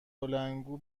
بلندگو